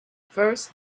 first